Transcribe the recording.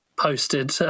posted